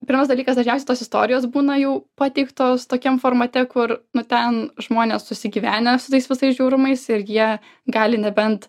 pirmas dalykas dažniausiai tos istorijos būna jau pateiktos tokiem formate kur nu ten žmonės susigyvenę su tais visais žiaurumais ir jie gali nebent